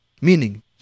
Meaning